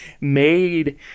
made